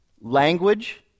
Language